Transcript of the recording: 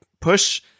push